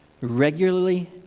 regularly